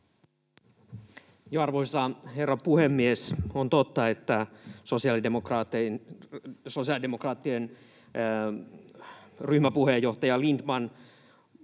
Arvoisa herra puhemies! Joo, on totta, että sosiaalidemokraattien ryhmäpuheenjohtaja Lindtman